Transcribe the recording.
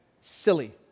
silly